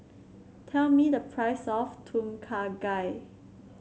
tell me the price of Tom Kha Gai